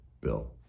bill